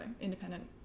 independent